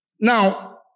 Now